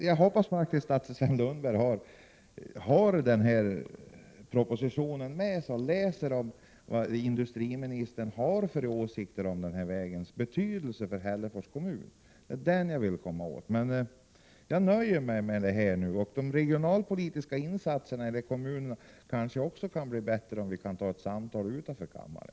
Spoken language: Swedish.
Jag hoppas att Sven Lundberg har propositionen med och läser vad industriministern har för åsikter om Lokavägens betydelse för Hällefors kommun. Det är nämligen det jag vill komma åt. Jag nöjer mig emellertid med detta. De regionalpolitiska insatserna i kommunerna kanske också kan bli bättre om vi tar ett samtal utanför kammaren.